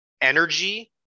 energy